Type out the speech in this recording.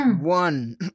one